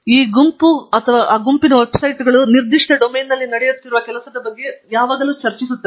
ಈ ಗುಂಪುಗಳು ಅಥವಾ ಈ ಗುಂಪು ವೆಬ್ಸೈಟ್ಗಳು ಆ ನಿರ್ದಿಷ್ಟ ಡೊಮೇನ್ನಲ್ಲಿ ನಡೆಯುತ್ತಿರುವ ಕೆಲಸದ ಬಗ್ಗೆ ಮೂಲತಃ ಚರ್ಚಿಸುತ್ತವೆ